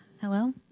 hello